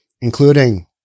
including